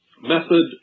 method